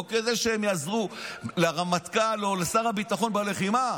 לא כדי שהם יעזרו לרמטכ"ל או לשר הביטחון בלחימה.